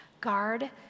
Guard